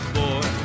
boy